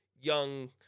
young